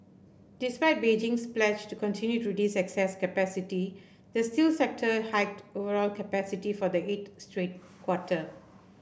despite Beijing's pledge to continue to reduce excess capacity the steel sector hiked overall capacity for the eighth straight quarter